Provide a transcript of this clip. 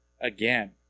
again